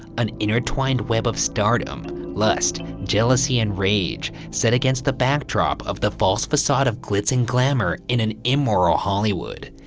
an intertwined web of stardom, lust, jealousy, and rage set against the backdrop of the false facade of glitz and glamour in an immoral hollywood.